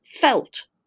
felt